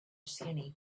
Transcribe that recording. skinny